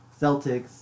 Celtics